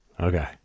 okay